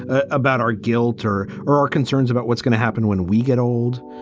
ah about our guilt or or our concerns about what's going to happen when we get old.